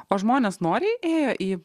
o žmonės noriai ėjo į